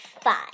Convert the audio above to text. five